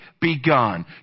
begun